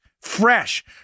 fresh